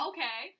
Okay